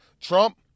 Trump